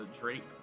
Drake